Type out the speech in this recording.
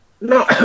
No